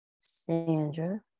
Sandra